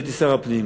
כשהייתי שר הפנים,